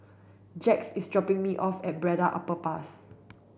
Jax is dropping me off at Braddell Underpass